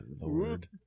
Lord